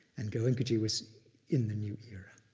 and goenkaji was in the new era.